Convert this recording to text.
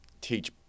teach